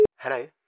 Hello